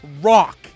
rock